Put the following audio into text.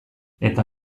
eta